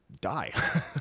die